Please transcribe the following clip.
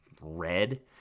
red